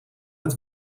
het